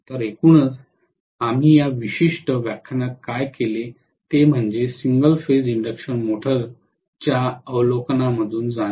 तर एकूणच आम्ही या विशिष्ट व्याख्यानात काय केले ते म्हणजे सिंगल फेज इंडक्शन मोटरच्या अवलोकनमधून जाणे